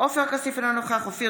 אינו נוכח צחי